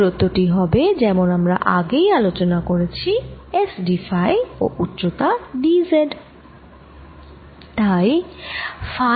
এই দুরত্ব টি হবে যেমন আমরা আগেই আলোচনা করেছি S dফাই ও উচ্চতা হল d z